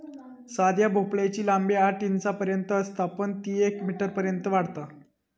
साध्या भोपळ्याची लांबी आठ इंचांपर्यंत असता पण ती येक मीटरपर्यंत वाढता